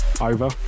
over